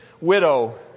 widow